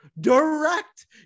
Direct